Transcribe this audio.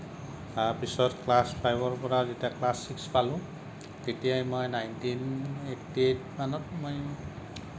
তাৰপিছত যেতিয়া ক্লাছ ফাইভৰ পৰা যেতিয়া ক্লাছ চিক্স পালোঁ তেতিয়াই মই নাইনটিন এইটি এইট মানত মই